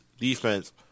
defense